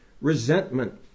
resentment